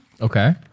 okay